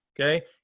Okay